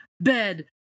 bed